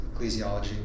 ecclesiology